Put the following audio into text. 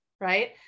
right